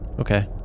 Okay